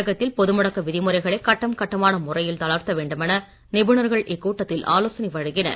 தமிழகத்தில் பொதுமுடக்க விதிமுறைகளை கட்டம் கட்டமான முறையில் தளர்த்த வேண்டுமென நிபுணர்கள் இக்கூட்டத்தில் ஆலோசனை வழங்கினர்